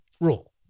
rule